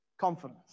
confidence